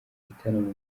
igitaramo